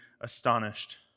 astonished